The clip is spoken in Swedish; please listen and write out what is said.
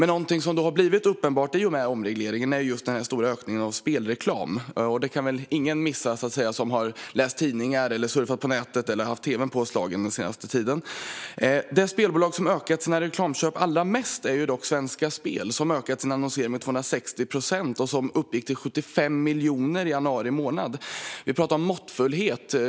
Något som har blivit uppenbart i och med omregleringen är den stora ökningen av spelreklam. Ingen som läst tidningar, surfat på nätet eller haft tv:n påslagen den senaste tiden kan ha missat det. Det spelbolag som har ökat sina reklamköp allra mest är dock Svenska Spel. Man har ökat sin annonsering med 260 procent, och det uppgick till 75 miljoner under januari. Vi talar om måttfullhet.